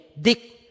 Dick